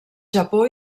japó